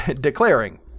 declaring